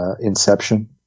Inception